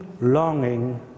longing